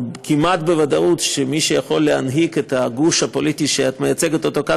כמעט בוודאות מי שיכול להנהיג את הגוש הפוליטי שאת מייצגת כאן,